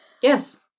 yes